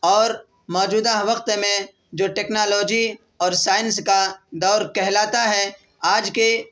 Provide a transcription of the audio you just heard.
اور موجودہ وقت میں جو ٹیکنالوجی اور سائنس کا دور کہلاتا ہے آج کے